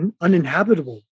uninhabitable